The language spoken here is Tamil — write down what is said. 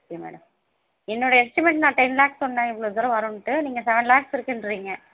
ஓகே மேடம் என்னோடய எஸ்டிமேட் நான் டென் லேக் சொன்னேன் இவ்வளோ தூரம் வருன்ட்டு நீங்கள் செவன் லேக்ஸ் இருக்குங்றீங்க